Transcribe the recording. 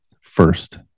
First